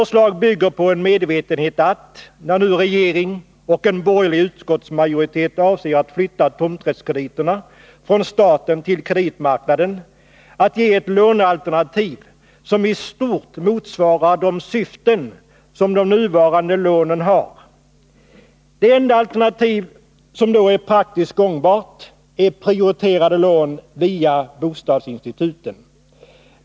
Avsikten med vårt förslag är att — när nu regering och en borgerlig utskottsmajoritet avser att flytta tomträttskrediterna från staten till kreditmarknaden — ge ett lånealternativ som i stort motsvarar de syften som de nuvarande lånen har. Det enda alternativ som då är praktiskt gångbart är prioriterade lån via bostadsinstituten.